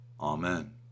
Amen